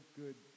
good